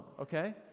Okay